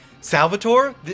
Salvatore